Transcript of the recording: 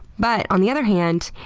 but on the other hand,